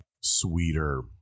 sweeter